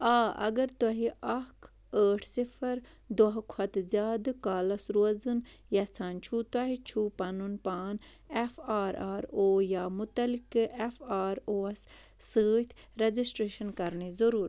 آ اگر تۄہہِ اکھ ٲٹھ صِفر دۄہ کھۄتہٕ زیادٕ کالس روزُن یژھان چھُو تۄہہِ چھُو پنُن پان اٮ۪ف آر آر او یا متعلقہٕ اٮ۪ف آر اووَس سۭتۍ ریجسٹرٛیشَن کرنٕچ ضُروٗر